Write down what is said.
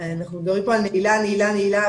אנחנו מדברים פה על נעילה נעילה נעילה,